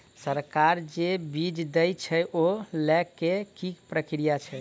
सरकार जे बीज देय छै ओ लय केँ की प्रक्रिया छै?